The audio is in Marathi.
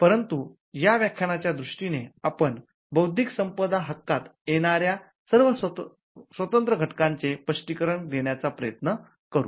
परंतु या व्याख्यानाच्या दृष्टीने आपण 'बौद्धिक संपदा हक्कात' येणाऱ्या स्वतंत्र घटकाचे स्पष्टीकरण देण्याचा प्रयत्न करू